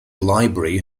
library